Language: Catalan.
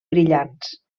brillants